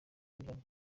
umuryango